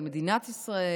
על מדינת ישראל.